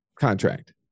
contract